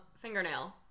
fingernail